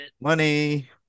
Money